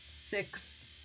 six